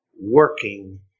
working